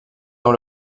dans